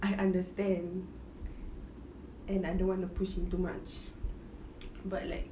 I understand and I don't want to push him too much but like